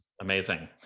Amazing